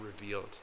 revealed